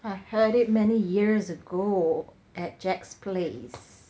I had it many years ago at jack's place